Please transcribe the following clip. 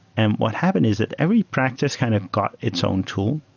and what happened is that every practice kind of got its own tool.